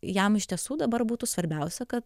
jam iš tiesų dabar būtų svarbiausia kad